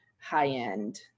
high-end